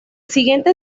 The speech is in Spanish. siguiente